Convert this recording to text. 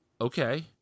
Okay